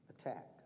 attack